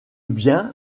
bien